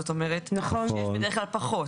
זאת אומרת שיש בדרך כלל פחות.